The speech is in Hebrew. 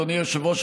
אדוני היושב-ראש,